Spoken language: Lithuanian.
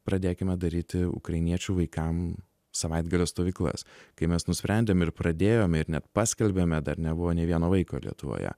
pradėkime daryti ukrainiečių vaikam savaitgalio stovyklas kai mes nusprendėm ir pradėjome ir net paskelbėme dar nebuvo nei vieno vaiko lietuvoje